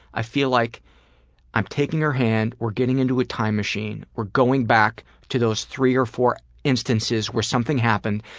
i feel like i'm taking her hand, we're getting into a time machine, we're going back to those three or four instances where something happened,